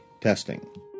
testing